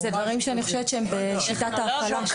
אלה דברים שאני חושבת שהם בשיטת ההפעלה.